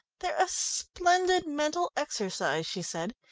they're a splendid mental exercise, she said.